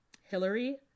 Hillary